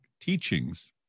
teachings